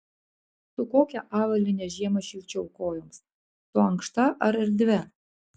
su kokia avalyne žiemą šilčiau kojoms su ankšta ar erdvia